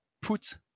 put